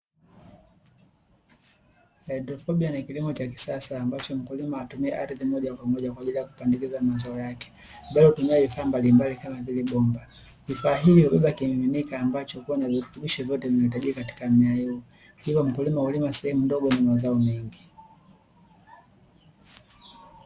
Haidroponi ni kilimo cha kisasa, ambacho mkulima wa kisasa anacho tumia ardhi moja kwa moja kwa ajili ya kupandikiza mazao yake. Badala kutumia vifaa mbalimbali, kama vile pampu, vifaa hio huweka kinyunyika ambacho huwa inaruhusu vyote vihitaji katika mimea hio. Hivyo mkulima wa kulima sehemu ndogo na mavuno mengi.